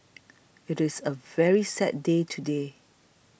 it is a very sad day today